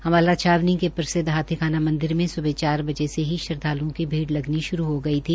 अम्बाला छावनी के प्रसिद्व हाथीखाना मंदिर में सुबह चार बजे से ही श्रद्वालुओं की भीड़ लगनी शुरू हो गई थी